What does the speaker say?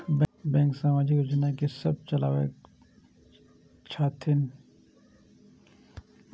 Bank समाजिक योजना की सब चलावै छथिन?